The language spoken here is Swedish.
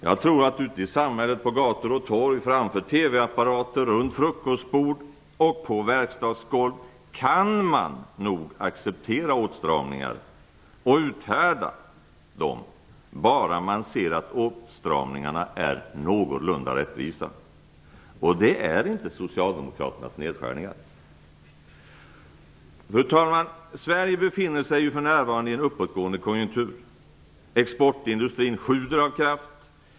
Jag tror nog att man ute i samhället, på gator och torg, framför TV-apparater, runt frukostbord och på verkstadsgolv kan acceptera åtstramningar och uthärda dem, bara man ser att åtstramningarna är någorlunda rättvisa. Det är inte Socialdemokraternas nedskärningar. Fru talman! Sverige befinner sig för närvarande i en uppåtgående konjunktur. Exportindustrin sjuder av kraft.